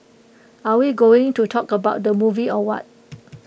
are we going to talk about the movie or what